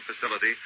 facility